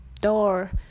door